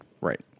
Right